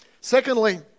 Secondly